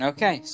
Okay